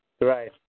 Right